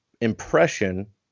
impression